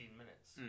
minutes